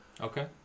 Okay